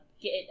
get